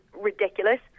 ridiculous